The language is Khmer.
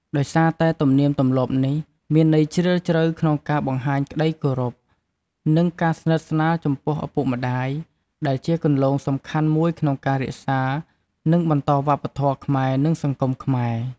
ដោយសារតែទំនៀមទម្លាប់នេះ មានន័យជ្រាលជ្រៅក្នុងការបង្ហាញក្តីគោរព និងការស្និទ្ធស្នាលចំពោះឪពុកម្ដាយ ដែលជាគន្លងសំខាន់មួយក្នុងការ រក្សា និងបន្តវប្បធម៌ខ្មែរ និងសង្គមខ្មែរ។